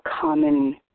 common